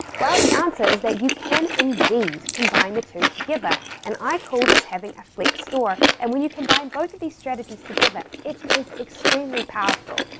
well, the answer is that you can indeed combine the two together, and i call this having a flex store, and when you combine both of these strategies together, it is extremely powerful,